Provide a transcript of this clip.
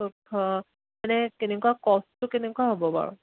এনে কেনেকুৱা কষ্টটো কেনেকুৱা হ'ব বাৰু